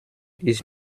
ist